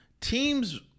teams